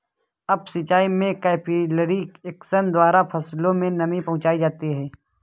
up सिचाई में capillary action द्वारा फसलों में नमी पहुंचाई जाती है